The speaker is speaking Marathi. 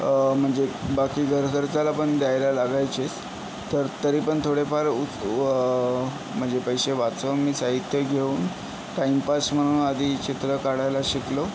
म्हणजे बाकी घरखर्चालापण द्यायला लागायचेच तर तरीपण थोडेफार उ म्हणजे पैसे वाचवून मी साहित्य घेऊन टाइमपास म्हणून आधी चित्र काढायला शिकलो